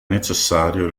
necessario